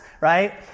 right